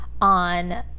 on